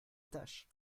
tâche